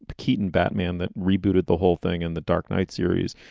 but keaton batman that rebooted the whole thing in the dark knight series.